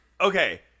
Okay